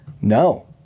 No